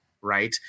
Right